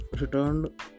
returned